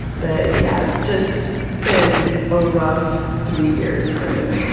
but yeah, it's just been a rough three years for me.